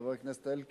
חבר הכנסת אלקין,